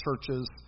churches